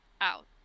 out